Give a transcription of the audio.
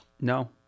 No